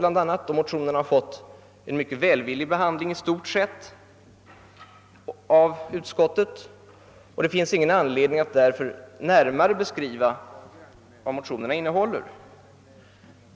Motionerna har i stort sett fått en mycket välvillig behandling i utskottet och det finns därför ingen anledning att närmare beskriva motionernas innehåll.